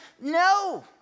No